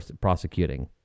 prosecuting